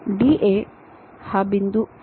DA हा बिंदू 4 आहे